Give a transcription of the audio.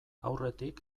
aurretik